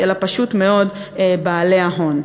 אלא פשוט מאוד בעלי ההון.